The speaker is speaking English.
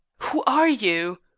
who are you?